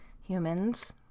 humans